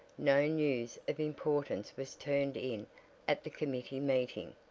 no news of importance was turned in at the committee meeting.